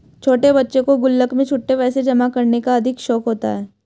छोटे बच्चों को गुल्लक में छुट्टे पैसे जमा करने का अधिक शौक होता है